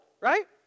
right